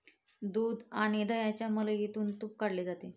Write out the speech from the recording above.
दूध आणि दह्याच्या मलईमधून तुप काढले जाते